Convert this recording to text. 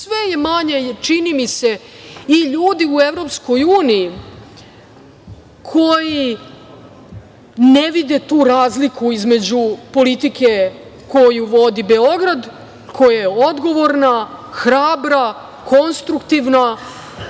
je manje, čini mi se i ljudi u EU koji ne vide tu razliku između politike koju vodi Beograd koja je odgovorna, hrabra, konstruktivna